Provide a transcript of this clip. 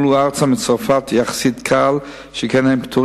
מצרפתי לישראלי בתחום התמחותו.